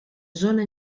zona